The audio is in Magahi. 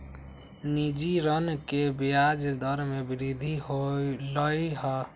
निजी ऋण के ब्याज दर में वृद्धि होलय है